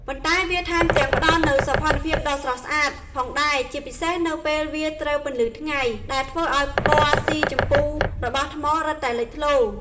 ប៉ុន្តែវាថែមទាំងផ្តល់នូវ សោភ័ណភាពដ៏ស្រស់ស្អាត ផងដែរ ជាពិសេសនៅពេលវាត្រូវពន្លឺថ្ងៃ ដែលធ្វើឱ្យពណ៌ស៊ីជម្ពូរបស់ថ្មរឹតតែលេចធ្លោ។